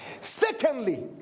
Secondly